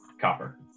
copper